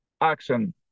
action